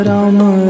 Rama